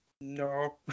no